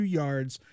yards